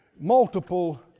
multiple